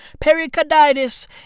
Pericarditis